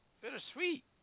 Bittersweet